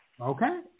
Okay